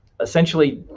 essentially